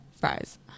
fries